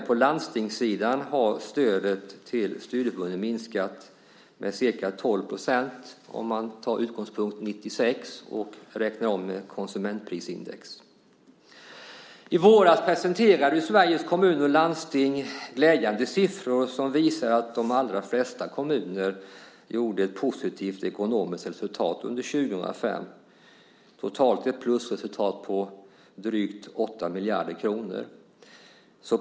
På landstingssidan har stödet till studieförbunden minskat med ca 12 % om man tar 1996 som utgångspunkt och räknar om det enligt konsumentprisindex. I våras presenterade Sveriges Kommuner och Landsting glädjande siffror. De visar att de allra flesta kommuner under 2005 hade ett positivt ekonomiskt resultat. Totalt var det ett plusresultat på drygt 8 miljarder kronor.